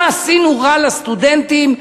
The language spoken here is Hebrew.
מה עשינו רע לסטודנטים?